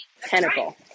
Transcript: pinnacle